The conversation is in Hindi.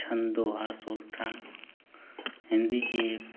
छंद दोहा सोरठा हिंदी की ये